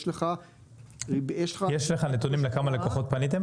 יש לך --- יש לך נתונים לכמה לקוחות פניתם?